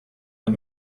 man